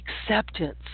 acceptance